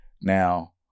Now